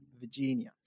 Virginia